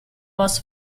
was